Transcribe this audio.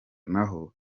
nabo